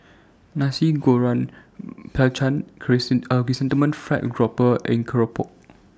Nasi Goreng pelacan Chrysanthemum Fried Grouper and Keropok